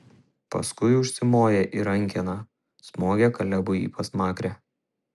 paskui užsimoja ir rankena smogia kalebui į pasmakrę